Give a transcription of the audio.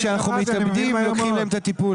כשאנחנו מתאבדים לוקחים להם את הטיפול.